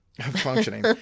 functioning